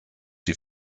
die